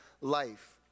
life